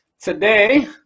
today